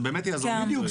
בדיוק.